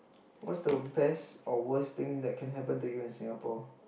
what's the best or worst thing that can happen to you in Singapore